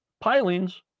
pilings